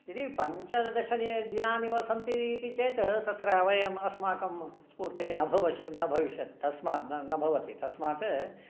यदि पञ्चदशददिनानि वा सन्ति इति चेत् तत्र वयम् अस्माकं स्फूर्तिः न भवष् न भविष्यति तस्मात् न भवति तस्मात्